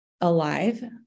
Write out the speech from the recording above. alive